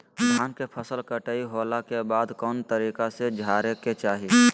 धान के फसल कटाई होला के बाद कौन तरीका से झारे के चाहि?